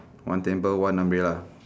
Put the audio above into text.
one table one umbrella